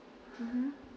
mmhmm